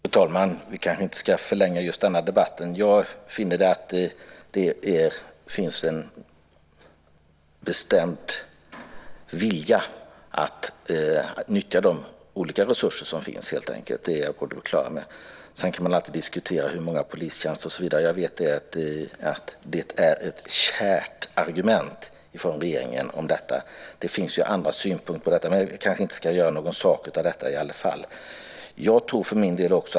Fru talman! Vi ska kanske inte förlänga just den här debatten. Jag noterar att det finns en bestämd vilja att helt enkelt nyttja de olika resurser som finns; det är jag på det klara med. Sedan kan man alltid diskutera antalet polistjänster och så vidare. Jag vet att det är ett kärt argument från regeringen. Det finns ju andra synpunkter på detta men vi ska kanske inte så att säga göra någon sak av det.